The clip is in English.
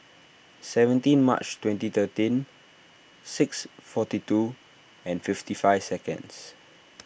seventeen March twenty thirteen six forty two and fifty five seconds